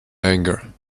anger